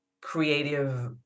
creative